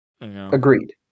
agreed